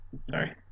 sorry